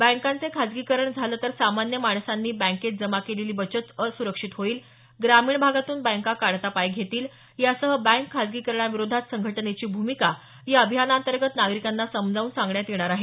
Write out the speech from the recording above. बँकांचे खासगीकरण झालं तर सामान्य माणसांनी बँकेत जमा केलेली बचत असुरक्षित होईल ग्रामीण भागातून बँका काढता पाय घेतील यासह बँक खासगीकरणाविरोधात संघटनेची भूमिका या अभियानाअंतर्गत नागरिकांना समजावून सांगण्यात येणार आहे